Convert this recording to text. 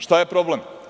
Šta je problem?